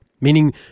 meaning